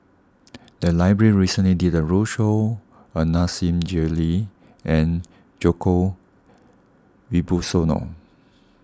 the library recently did a roadshow on Nasir Jalil and Djoko Wibisono